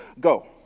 Go